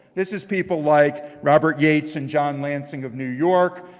this is people like robert yates and john lansing of new york.